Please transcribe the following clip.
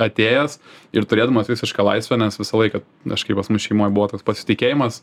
atėjęs ir turėdamas visišką laisvę nes visą laiką kažkaip pas mus šeimoj buvo tas pasitikėjimas